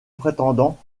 prétendants